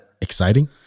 exciting